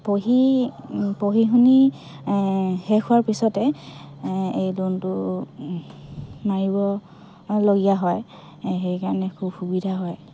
পঢ়ি পঢ়ি শুনি শেষ হোৱাৰ পিছতে এই লোনটো মাৰিব লগীয়া হয় সেইকাৰণে খুব সুবিধা হয়